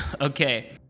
Okay